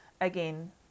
again